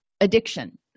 Addiction